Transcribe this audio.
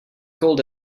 cold